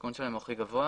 שהסיכון שלהם הוא הכי גבוה,